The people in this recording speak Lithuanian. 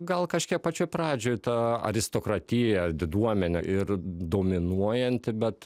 gal kažkiek pačioj pradžioj ta aristokratija diduomenė ir dominuojanti bet